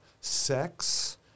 Sex